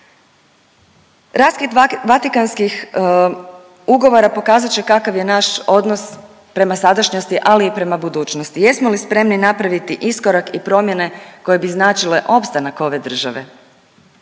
Raskid Vatikanskih ugovora pokazat će kakav je naš odnos prema sadašnjosti, ali i prema budućnosti, jesmo li spremni napraviti iskorak i promjene koje bi značile opstanak ove države?